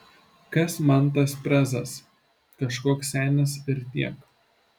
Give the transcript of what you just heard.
kas man tas prezas kažkoks senis ir tiek